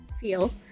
feel